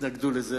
התנגדו לזה,